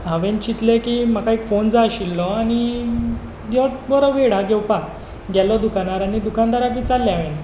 हांवें चिंतलें की म्हाका एक फोन जाय आशिल्लो आनी ह्योत बरो वेळ हा घेवपाक गेलो दुकानार आनी दुकानदाराक विचारलें हांवेन